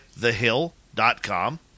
thehill.com